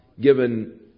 given